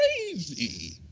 crazy